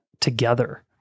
together